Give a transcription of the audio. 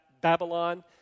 Babylon